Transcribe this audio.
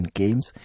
games